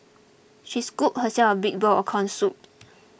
she scooped herself a big bowl of Corn Soup